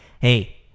hey